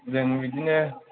जों बिदिनो